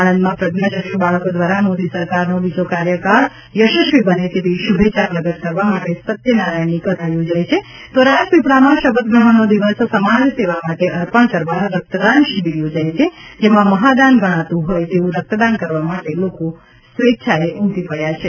આણંદમાં પ્રજ્ઞાચક્ષુ બાળકો દ્વારા મોદી સરકારનો બીજો કાર્યકાળ યશસ્વી બને તેવી શુભેચ્છા પ્રગટ કરવા માટે સત્ય નારાયણની કથા યોજાઈ છે તો રાજપીપળામાં શપથ ગ્રહણનો દિવસ સમાજ સેવા માટે અર્પણ કરવા રક્તદાન શિબિર યોજાઈ છે જેમાં મહાદાન ગણાતુ હોય તેવું રક્તદાન કરવા માટે લોકો સ્વેચ્છાએ ઉમટી પડ્યા છે